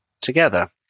together